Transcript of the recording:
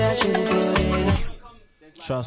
trust